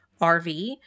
RV